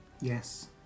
Yes